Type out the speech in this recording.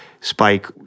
Spike